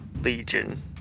Legion